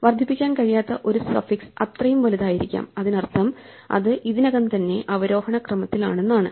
വർദ്ധിപ്പിക്കാൻ കഴിയാത്ത ഒരു സഫിക്സ് അത്രയും വലുതായിരിക്കാം അതിനർത്ഥം അത് ഇതിനകം തന്നെ അവരോഹണ ക്രമത്തിലാണെന്നാണ്